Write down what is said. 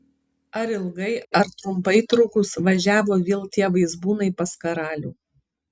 ar ilgai ar trumpai trukus važiavo vėl tie vaizbūnai pas karalių